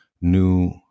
new